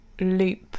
loop